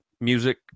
music